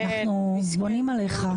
אנחנו בונים עליך.